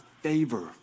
favor